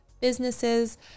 businesses